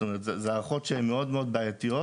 אלה הערכות בעייתיות מאוד.